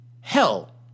Hell